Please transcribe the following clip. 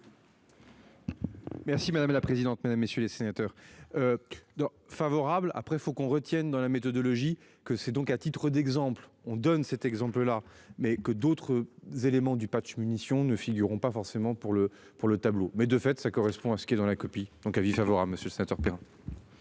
Merci madame la présidente, mesdames, messieurs les sénateurs. Favorable après faut qu'on retienne dans la méthodologie que c'est donc, à titre d'exemple, on donne cet exemple là, mais que d'autres éléments du patch munitions ne figureront pas forcément pour le pour le tableau mais de fait, ça correspond à ce qui est dans la copie, donc avis favorable Monsieur 7